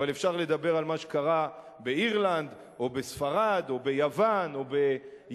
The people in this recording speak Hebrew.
אבל אפשר לדבר על מה שקרה באירלנד או בספרד או ביוון או ביפן,